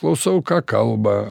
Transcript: klausau ką kalba